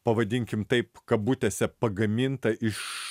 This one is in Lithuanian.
pavadinkim taip kabutėse pagaminta iš